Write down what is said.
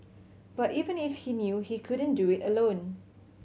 but even if he knew he couldn't do it alone